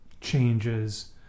changes